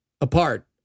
apart